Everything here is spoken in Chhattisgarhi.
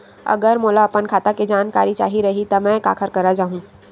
अगर मोला अपन खाता के जानकारी चाही रहि त मैं काखर करा जाहु?